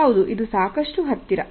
ಹೌದು ಅದು ಸಾಕಷ್ಟು ಹತ್ತಿರ